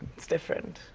it's different.